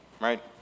right